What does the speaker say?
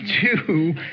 two